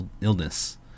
illness